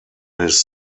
his